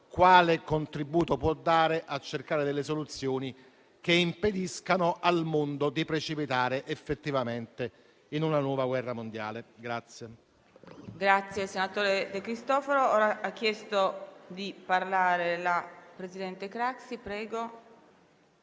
italiano per cercare delle soluzioni che impediscano al mondo di precipitare effettivamente in una nuova guerra mondiale.